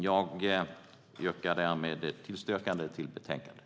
Jag yrkar därmed bifall till förslaget i betänkandet.